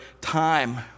time